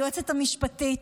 היועצת המשפטית,